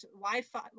wi-fi